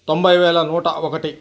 తొంభై వేల నూట ఒకటి